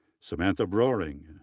samantha broering,